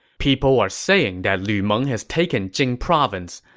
people are saying that lu meng has taken jing province.